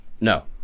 No